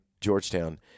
Georgetown